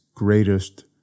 greatest